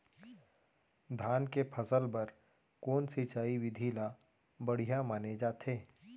धान के फसल बर कोन सिंचाई विधि ला बढ़िया माने जाथे?